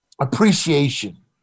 appreciation